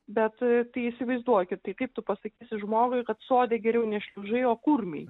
bet tai įsivaizduokit kaip tai tu pasakysi žmogui kad sode geriau ne šliužai o kurmiai